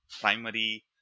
primary